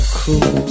cool